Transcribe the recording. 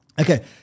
Okay